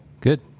Good